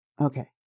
Okay